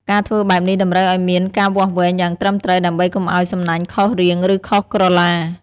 ការធ្វើបែបនេះតម្រូវឲ្យមានការវាស់វែងយ៉ាងត្រឹមត្រូវ ដើម្បីកុំឲ្យសំណាញ់ខុសរាង ឬខុសក្រឡា។